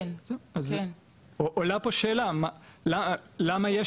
למה יש שוני בין התחומים בחלוקה הזאת?